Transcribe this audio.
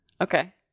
Okay